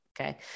Okay